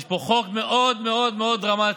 יש פה חוק מאוד מאוד מאוד דרמטי.